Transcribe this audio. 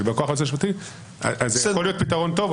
בא-כוח היועץ המשפטי לממשלה זה יכול להיות פתרון טוב,